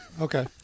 Okay